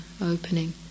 opening